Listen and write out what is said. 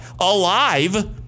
alive